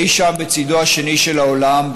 אי-שם בצידו השני של העולם,